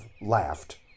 laughed